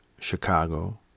Chicago